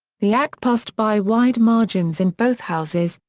the act passed by wide margins in both houses,